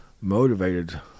motivated